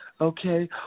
Okay